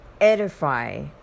edify